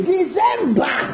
December